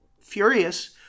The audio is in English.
furious